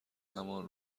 همان